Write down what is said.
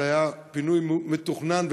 אבל היה פינוי מתוכנן,